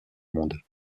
monde